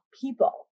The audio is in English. people